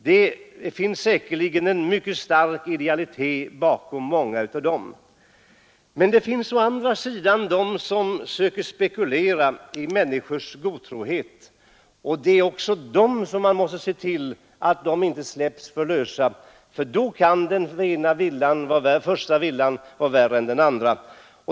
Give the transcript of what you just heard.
Det finns säkerligen en mycket stark idealitet hos många av dem. Men det finns å andra sidan också de som spekulerar i människors godtrogenhet, och man måste se till att de inte släpps lösa, för annars kan den andra villan bli värre än den första.